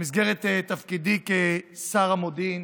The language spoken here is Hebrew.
במסגרת תפקידי כשר המודיעין,